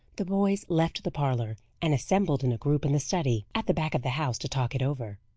the boys left the parlour, and assembled in a group in the study, at the back of the house, to talk it over.